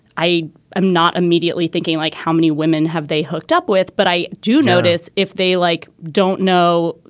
i am not immediately thinking like how many women have they hooked up with? but i do notice if they like don't know,